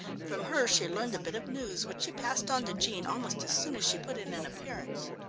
from her she learnt a bit of news, which she passed on to jean almost as soon as she put in an appearance.